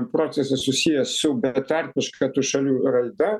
procesas susijęs su betarpiška tų šalių raida